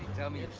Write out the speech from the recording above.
tell me,